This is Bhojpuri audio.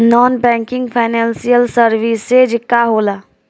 नॉन बैंकिंग फाइनेंशियल सर्विसेज का होला?